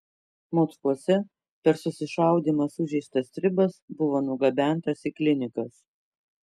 mockuose per susišaudymą sužeistas stribas buvo nugabentas į klinikas